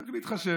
צריך להתחשב.